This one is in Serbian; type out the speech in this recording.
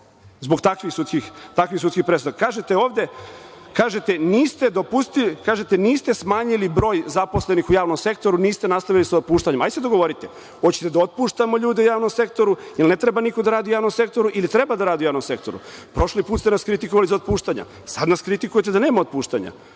zbog takvih sudskih presuda. Kažete ovde – niste dopustili, niste smanjili broj zaposlenih u javnom sektoru, niste nastavili sa otpuštanjem. Hajde se dogovorite, hoćete li da otpuštamo ljude u javnom sektoru? Jel ne treba niko da radi u javnom sektoru ili treba da radi u javnom sektoru? Prošli put ste nas kritikovali za otpuštanja, sad nas kritikujete da nema otpuštanja.